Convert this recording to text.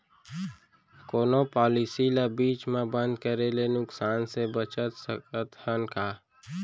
कोनो पॉलिसी ला बीच मा बंद करे ले नुकसान से बचत सकत हन का?